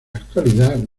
actualidad